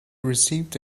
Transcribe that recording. received